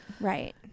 Right